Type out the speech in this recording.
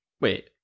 wait